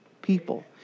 people